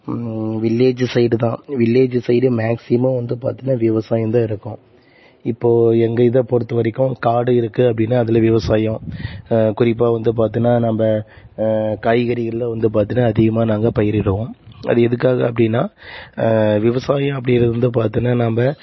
village side தான் village side maximum வந்து பார்த்தீன்னா விவசாயம் தான் இருக்கும் இப்போது எங்கள் இதை பொறுத்த வரைக்கும் காடு இருக்குது அப்படின்னா அதில் விவசாயம் குறிப்பாக வந்து பார்த்தீன்னா நம்ம காய்கறி எல்லாம் வந்து பார்த்தீன்னா அதிகமாக நாங்கள் பயிரிடுவோம் அது எதுக்காக அப்படின்னா விவசாயம் அப்படி இருந்து பார்த்தீன்னா நம்ம